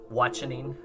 watching